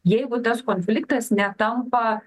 jeigu tas konfliktas netampa